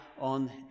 on